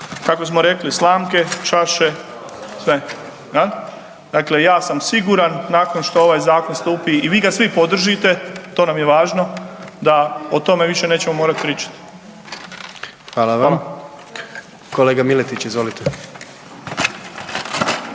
kako smo rekli, slamke, čaše, sve. Dakle, ja sam siguran nakon što ovaj zakon stupi i vi ga svi podržite, to nam je važno, da o tome više nećemo morat pričati. **Jandroković, Gordan (HDZ)** Hvala